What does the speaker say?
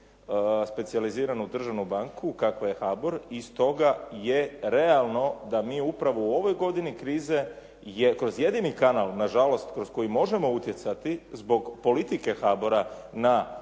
specijaliziranu državnu banku kakva je HBOR i stoga je realno da mi upravo u ovoj godini krize kroz jedini kanal, na žalost kroz koji možemo utjecati zbog politike HBOR-a na